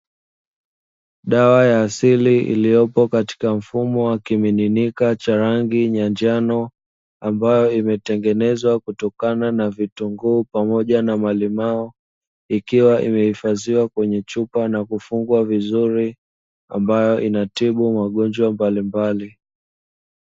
Dawa ya asili iliyopo katika mfumo wa kimiminika cha rangi ya njano, ambayo imetengenezwa kutokana na vitunguu pamoja na malimao, ikiwa imehifadhiwa kwenye chupa na kufungwa vizuri ambayo inatibu magonjwa mbalimbali.